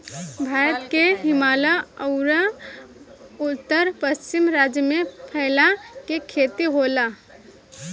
भारत के हिमालय अउर उत्तर पश्चिम राज्य में फैला के खेती होला